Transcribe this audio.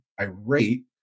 irate